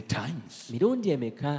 times